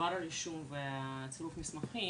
בדבר הרישום וצירוף מסמכים,